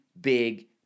big